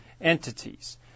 entities